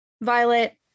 Violet